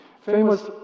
Famous